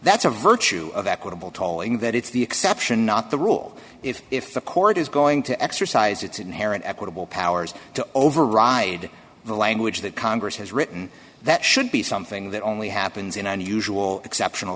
that's a virtue of that quibble talling that it's the exception not the rule if if the court is going to exercise its inherent equitable powers to override the language that congress has written that should be something that only happens in unusual exceptional